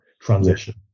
transition